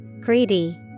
Greedy